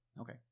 Okay